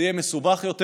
זה יהיה מסובך יותר.